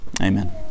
Amen